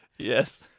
Yes